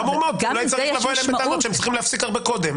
אולי צריך לבוא אליהם בטענות שהם צריכים להפסיק הרבה קודם.